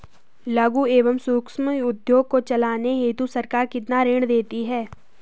लघु एवं सूक्ष्म उद्योग को चलाने हेतु सरकार कितना ऋण देती है?